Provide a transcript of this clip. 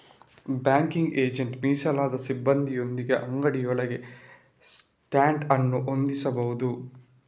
banking agent ಮೀಸಲಾದ ಸಿಬ್ಬಂದಿಯೊಂದಿಗೆ ಅಂಗಡಿಯೊಳಗೆ ಸ್ಟ್ಯಾಂಡ್ ಅನ್ನು ಹೊಂದಿಸಬಹುದು